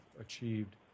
achieved